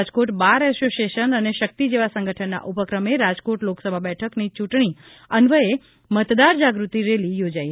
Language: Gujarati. રાજકોટ બાર એસોસિએશન અને શક્તિ સેવા સંગઠનના ઉપક્રમે રાજકોટ લોકસભા બેઠકની ચૂંટણી અન્વયે મતદાર જાગૃતિ રેલી યોજાઇ